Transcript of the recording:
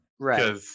Right